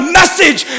message